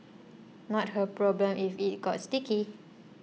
not her problem if it got sticky